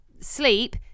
sleep